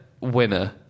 winner